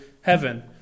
heaven